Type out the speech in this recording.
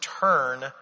turn